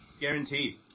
Guaranteed